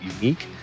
unique